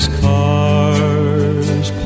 cars